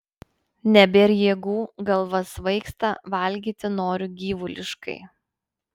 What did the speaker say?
nebėr jėgų galva svaigsta valgyti noriu gyvuliškai